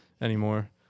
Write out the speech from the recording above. anymore